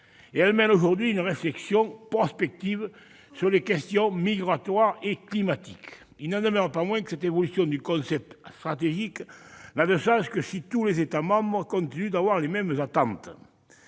et elle mène aujourd'hui une réflexion prospective sur les questions migratoires et climatiques. Il n'en demeure pas moins que cette évolution du concept stratégique n'a de sens que si tous les États membres continuent d'avoir les mêmes attentes.